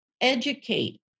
educate